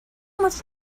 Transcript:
much